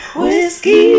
whiskey